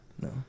No